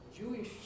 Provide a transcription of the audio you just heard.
Jewish